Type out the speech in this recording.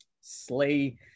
slay